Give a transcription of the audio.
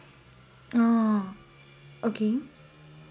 oh okay